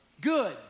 Good